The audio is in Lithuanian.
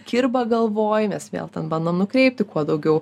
kirba galvoj mes vėl ten bandom nukreipti kuo daugiau